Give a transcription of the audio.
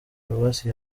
paruwasi